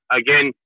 again